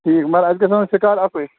ٹھیٖک مگر اَسہِ گَژھِ آسُن شِکار اَکُے